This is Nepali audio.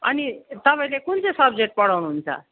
अनि तपाईँले कुनचाहिँ सब्जेक्ट पढाउनुहुन्छ